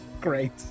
Great